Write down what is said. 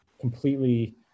completely